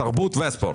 התרבות והספורט.